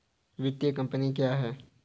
वित्तीय कम्पनी क्या है?